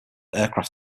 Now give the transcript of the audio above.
aircraft